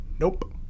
Nope